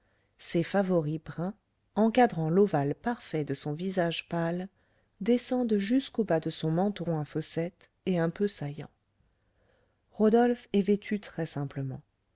ses favoris bruns encadrant l'ovale parfait de son visage pâle descendent jusqu'au bas de son menton à fossette et un peu saillant rodolphe est vêtu